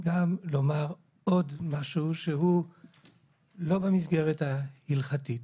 לומר עוד משהו שהוא לא במסגרת ההלכתית.